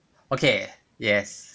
okay yes